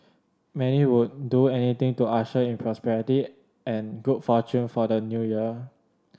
many would do anything to usher in prosperity and good fortune for the New Year